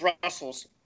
Brussels